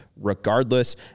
regardless